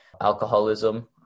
alcoholism